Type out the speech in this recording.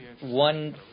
one